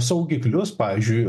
saugiklius pavyzdžiui